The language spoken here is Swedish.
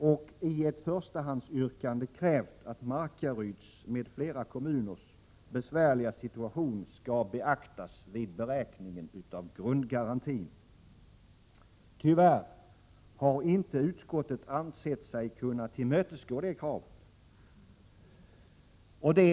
Vi har i ett förstahandsyrkande krävt att Markaryds kommun, och andra kommuners, besvärliga situation skall beaktas vid beräkningen av grundgarantin. Tyvärr har inte utskottet ansett sig kunna tillmötesgå detta krav.